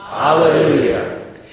Hallelujah